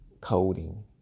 coding